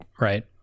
right